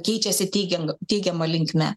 keičiasi teigiang teigiama linkme